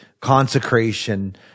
Consecration